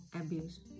abuse